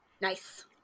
Nice